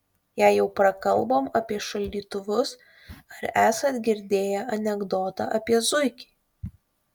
jei jau prakalbom apie šaldytuvus ar esat girdėję anekdotą apie zuikį